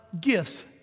gifts